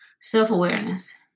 self-awareness